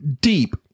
deep